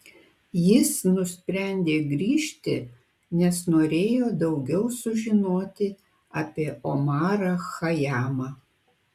jis nusprendė grįžti nes norėjo daugiau sužinoti apie omarą chajamą